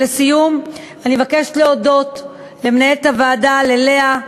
לסיום, אני מבקשת להודות למנהלת הוועדה לאה,